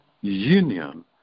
union